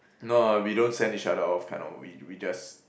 no we don't send each other off kind of we we just